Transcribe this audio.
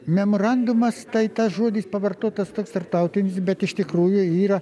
memorandumas tai tas žodis pavartotas toks tarptautinis bet iš tikrųjų yra